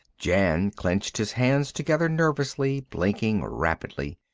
jan clenched his hands together nervously, blinking rapidly.